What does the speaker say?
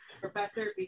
Professor